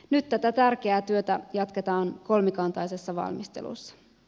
nyt tätä tärkeää työtä jatketaan kolmikantaisessa valmistelussa